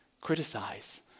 criticize